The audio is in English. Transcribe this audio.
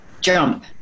jump